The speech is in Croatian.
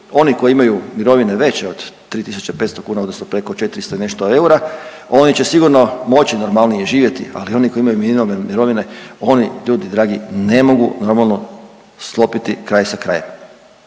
Oni koji imaju mirovine veće od 3 tisuću 500 kuna odnosno preko 400 i nešto eura oni će sigurno moći normalnije živjeti. Ali oni koji imaju minimalne mirovine, oni ljudi dragi ne mogu normalno sklopiti kraj sa krajem.